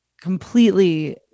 completely